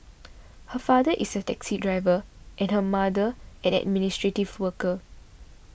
her father is a taxi driver and her mother administrative worker